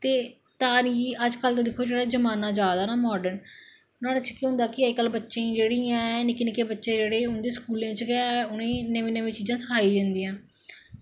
ते तारी दिक्खो अजकल्ल दा जेह्ड़ा जमाना जा'रदा ना माडर्न नोहाड़े च केह् होंदा ऐ कि बच्चें गी निक्के निक्के बच्चें गी स्कूलैं च गै उ'नें गी नमीं नमीं चीजां सखाइयां जंदियां